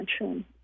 attention